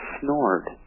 snored